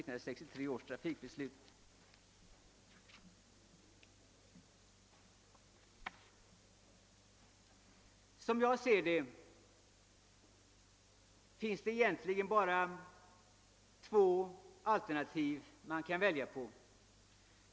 Enligt min mening finns det egentligen bara två alternativ att välja på.